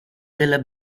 della